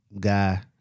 guy